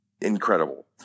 Incredible